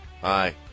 Hi